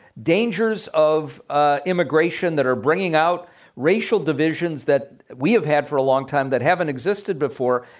dangers of ah immigration that are bringing out racial divisions that we have had for a long time that haven't existed before.